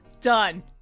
Done